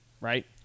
right